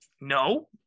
No